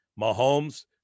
Mahomes